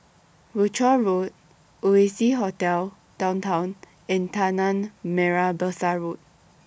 Rochor Road Oasia Hotel Downtown and Tanah Merah Besar Road